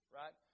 right